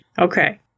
Okay